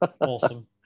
Awesome